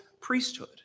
priesthood